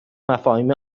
مفاهیم